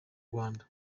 rwanda